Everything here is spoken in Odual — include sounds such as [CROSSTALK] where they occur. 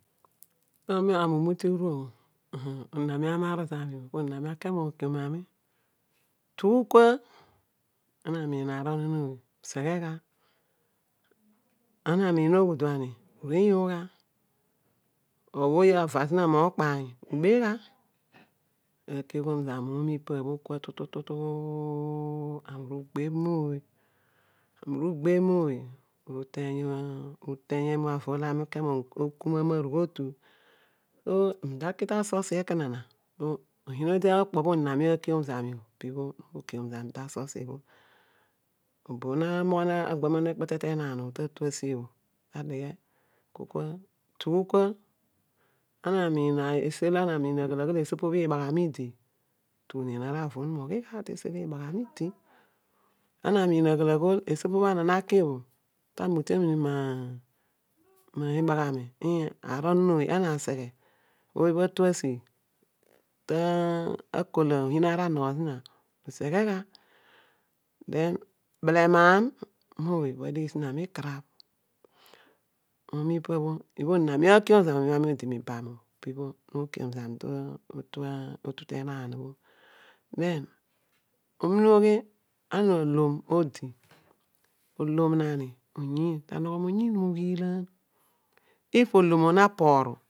Ami umute uru bho [LAUGHS] oniin nami amar zina bho po oniin ami ake mokiom ami, tugh kua, ana aniin aar onon ooy usighe gha ana amiin oghudu ani ure yogh gha, ooy ava zina mukpaar ube gha, akiom zani mi pe leva tu, tu, tu, tu, tu, tu, tu ami uru ugbebh mooy, ami uru ugbebh mooy uleeny emu avo olo ami uke, mu uru uku mamarugh otu, se ami taki ta sosi okona ni oyiin odi okpo bho oniin ami akiom zami ta sosi bho obo bho naghogho, nagba monu ekpete tenaam bho oru asi bho, pa deghe akol kua tugh kua esi olo amiin aghol kua esi opo bho ibaghami odi tugmunnoen avo onura ughi gha tesi olo ibaghami zami to tu te naan bho miin umina ughi ana olom odi, olom nani oyiin nanogho moyiin moghiilan if olom bho naporu.